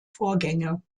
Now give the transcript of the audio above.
vorgänge